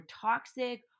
toxic